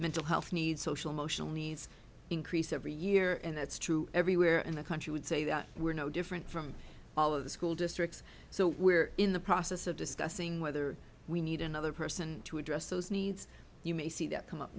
mental health needs social motional needs increase every year and that's true everywhere in the country would say that we're no different from all of the school districts so we're in the process of discussing whether we need another person to address those needs you may see that come up